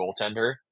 goaltender